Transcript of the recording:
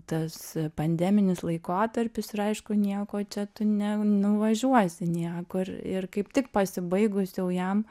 tas pandeminis laikotarpis ir aišku nieko čia tu nenuvažiuosi niekur ir kaip tik pasibaigus jau jam